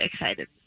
excited